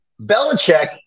Belichick